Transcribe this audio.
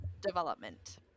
development